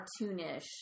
cartoonish